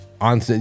On